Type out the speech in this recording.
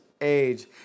age